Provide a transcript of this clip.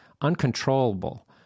uncontrollable